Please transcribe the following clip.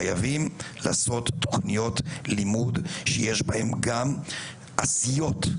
חייבים לעשות תוכניות לימוד שיש בהן גם עשיות,